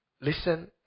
listen